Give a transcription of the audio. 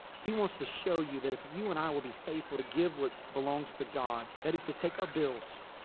he wants to show you that if you and i will be faithful. to give what belongs to god. that is, to take our bills.